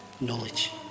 Knowledge